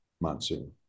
Monsoon